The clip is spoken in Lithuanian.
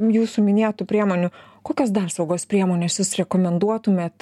jūsų minėtų priemonių kokias dar saugos priemones jūs rekomenduotumėt